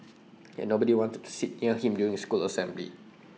and nobody wanted to sit near him during school assembly